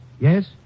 Yes